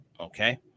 Okay